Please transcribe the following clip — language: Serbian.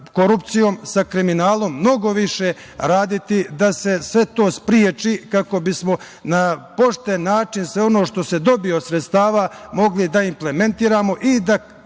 korupcijom, sa kriminalom, mnogo više raditi da se sve to spreči kako bismo na pošten način sve ono što se dobije od sredstava mogli da implementiramo i da